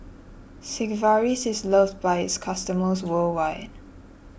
Sigvaris is loved by its customers worldwide